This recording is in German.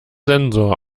sensor